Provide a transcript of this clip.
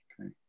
Okay